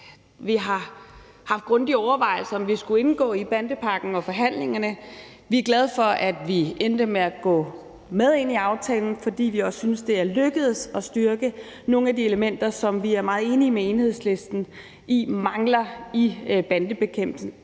Vi har haft grundige overvejelser over, om vi skulle indgå i forhandlingerne om bandepakken. Vi er glade for, at vi endte med at gå med i aftalen, fordi vi også synes, det er lykkedes at styrke nogle af de elementer, som vi er meget enige med Enhedslisten i mangler i bandebekæmpelsen,